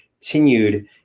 continued